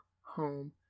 home